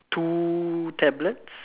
two tablets